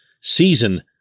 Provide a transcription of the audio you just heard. season